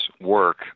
work